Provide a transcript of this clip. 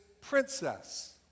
Princess